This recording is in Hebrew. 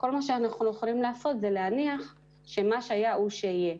כל מה שאנחנו יכולים לעשות זה להניח שמה שהיה הוא שיהיה.